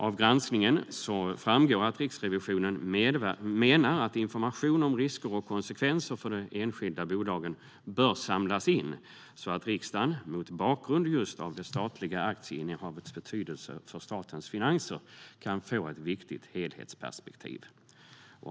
Av granskningen framgår att Riksrevisionen menar att information om risker och konsekvenser för de enskilda bolagen bör samlas in så att riksdagen, mot bakgrund just av det statliga aktieinnehavets betydelse för statens finanser, kan få ett viktigt helhetsperspektiv.